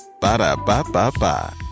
Ba-da-ba-ba-ba